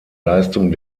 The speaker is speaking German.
leistung